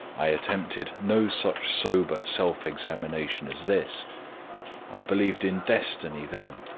i attempted no such sober self-examination as this i believed in destiny then,